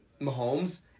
Mahomes